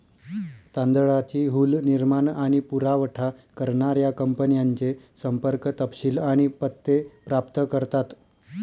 तांदळाची हुल निर्माण आणि पुरावठा करणाऱ्या कंपन्यांचे संपर्क तपशील आणि पत्ते प्राप्त करतात